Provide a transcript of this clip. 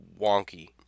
wonky